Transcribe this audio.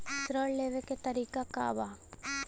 ऋण लेवे के तरीका का बा?